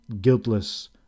guiltless